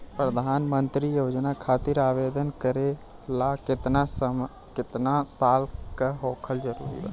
प्रधानमंत्री योजना खातिर आवेदन करे ला केतना साल क होखल जरूरी बा?